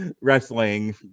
wrestling